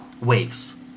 waves